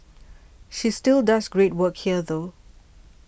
she still does great work here though